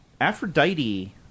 Aphrodite